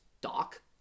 Doc